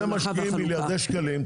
הם משקיעים מיליארדי שקלים,